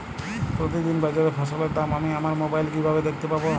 প্রতিদিন বাজারে ফসলের দাম আমি আমার মোবাইলে কিভাবে দেখতে পাব?